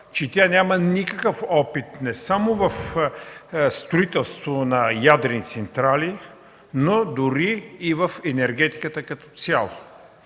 че тя няма никакъв опит не само в строителството на ядрени централи, но дори и в енергетиката като цяло.